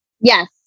Yes